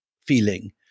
feeling